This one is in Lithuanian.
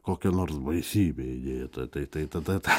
kokia nors baisybė įdėta tai tai tada tą